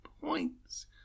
points